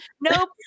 Nope